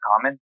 common